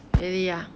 really ah